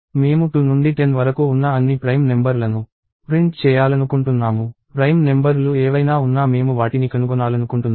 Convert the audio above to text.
మేము 2 నుండి 10 వరకు ఉన్న అన్ని ప్రైమ్ నెంబర్ లను ప్రింట్ చేయాలనుకుంటున్నాము ప్రైమ్ నెంబర్ లు ఏవైనా ఉన్నా మేము వాటిని కనుగొనాలనుకుంటున్నాము